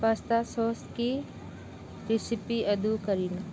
pasta ꯁꯣꯁꯀꯤ recipe ꯑꯗꯨ ꯀꯔꯤꯅꯣ